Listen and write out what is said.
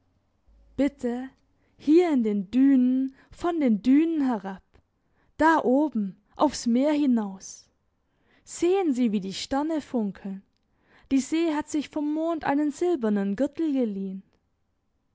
bitte hier in den dünen von den dünen herab da oben aufs meer hinaus sehen sie wie die sterne funkeln die see hat sich vom mond einen silbernen gürtel geliehen